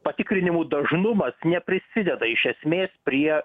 patikrinimų dažnumas neprisideda iš esmės prie